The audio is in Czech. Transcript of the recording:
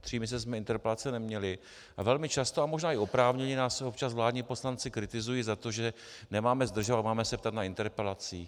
Tři měsíce jsme interpelace neměli a velmi často, a možná i oprávněně, nás občas vládní poslanci kritizují za to, že nemáme zdržovat a máme se ptát na interpelacích.